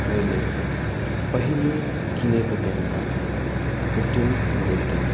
मैले पहिले किनेको क्यामेरा फिफ्टिन हन्ड्रेड डी